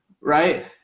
right